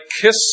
kiss